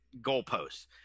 goalposts